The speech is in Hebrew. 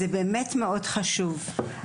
זה באמת מאוד חשוב.